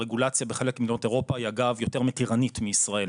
הרגולציה בחלק ממדינת אירופה היא יותר מתירנית מישראל,